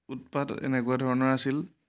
উৎপাত এনেকুৱা ধৰণৰ আছিল